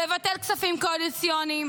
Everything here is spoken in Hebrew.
לבטל כספים קואליציוניים,